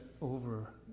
over